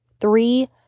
Three